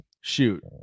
shoot